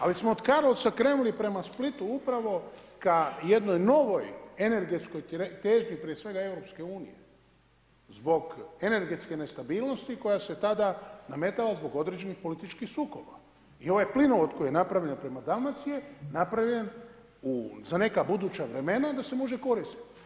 Ali smo od Karlovca krenuli prema Splitu upravo ka jednoj novoj energetskoj težnji prije svega EU-a zbog energetske nestabilnosti koja se tada nametala zbog određenih političkih sukoba i ovaj plinovod koji je napravljen prema Dalmaciji je napravljen za neka buduća vremena da se može koristiti.